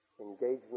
engagement